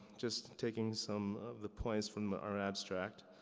just taking some of the points from our abstract.